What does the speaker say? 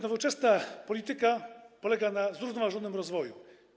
Nowoczesna polityka polega na zrównoważonym rozwoju.